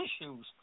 issues